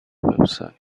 website